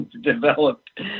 developed